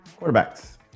Quarterbacks